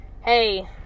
hey